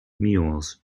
mules